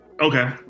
Okay